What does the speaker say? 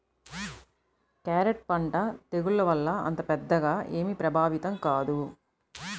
carrot పంట తెగుళ్ల వల్ల అంత పెద్దగా ఏమీ ప్రభావితం కాదు